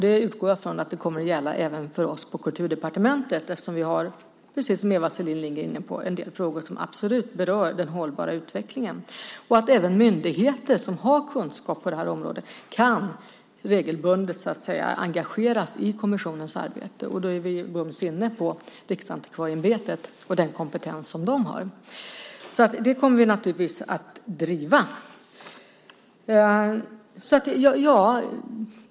Jag utgår ifrån att det även kommer att gälla för oss på Kulturdepartementet efter som vi har, precis som Eva Selin Lindgren är inne på, en del frågor som absolut berör den hållbara utvecklingen. Även myndigheter som har kunskap på det här området kan regelbundet engageras i kommissionens arbete. Då är vi inne på Riksantikvarieämbetet och den kompetens som de har. Det kommer vi naturligtvis att driva.